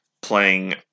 playing